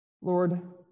Lord